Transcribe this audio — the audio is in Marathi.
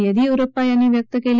येदियुरप्पा यांनी व्यक्त केली